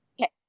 Okay